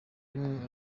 rimwe